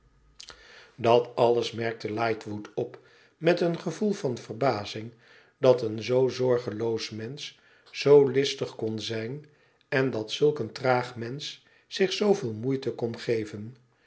dat alles merkte lightwood op met een gevoel van verbazing dat een zoo zorgeloos mensch zoo listig kon zijn en dat zulk een traag mensch zich zooveel moeite kon geven